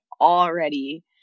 already